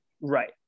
Right